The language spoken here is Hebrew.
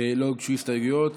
לא הוגשו הסתייגויות.